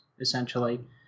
essentially